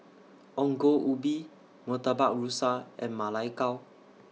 Ongol Ubi Murtabak Rusa and Ma Lai Gao